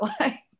life